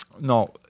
No